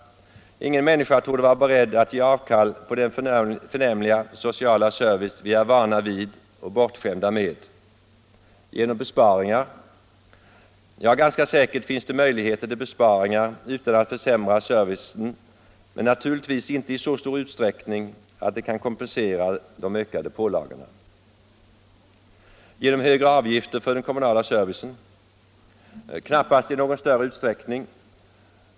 Ingen människa torde vara beredd att ge avkall på den förnämliga sociala service vi är vana vid och bortskämda med. Genom besparingar? Ja, ganska säkert finns det möjligheter till besparingar utan att försämra servicen, men naturligtvis inte i så stor utsträckning att det kan kompensera de ökade pålagorna. Genom högre avgifter för den kommunala servicen? Knappast i någon större utsträckning.